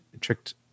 tricked